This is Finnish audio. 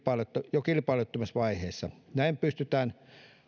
jo kilpailuttamisvaiheessa näin pystytään